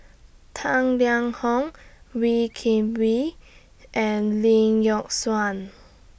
Tang Liang Hong Wee Kim Wee and Lee Yock Suan